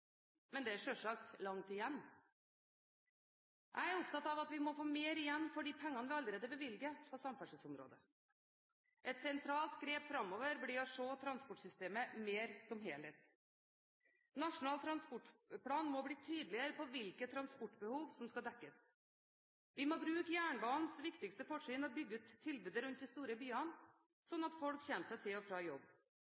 men det er selvsagt langt igjen. Jeg er opptatt av at vi må få mer igjen for de pengene vi allerede bevilger på samferdselsområdet. Et sentralt grep framover blir å se transportsystemet mer som en helhet. Nasjonal transportplan må bli mer tydelig på hvilke transportbehov som skal dekkes. Vi må bruke jernbanens viktigste fortrinn og bygge ut tilbudet rundt de store byene sånn